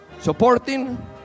Supporting